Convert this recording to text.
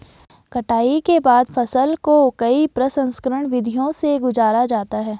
कटाई के बाद फसल को कई प्रसंस्करण विधियों से गुजारा जाता है